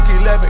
11